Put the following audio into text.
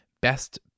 best